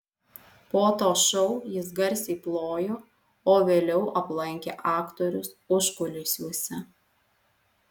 po to šou jis garsiai plojo o vėliau aplankė aktorius užkulisiuose